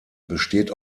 besteht